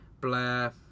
blah